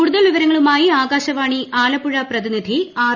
കൂടുതൽ വിവരങ്ങളുമായി ആകാശവാണി ആലപ്പുഴ പ്രതിനിധി ആർ